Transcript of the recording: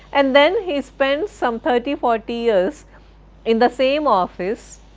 and then he spends some thirty, forty years in the same office,